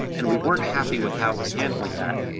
and we weren't happy with how it was handling that,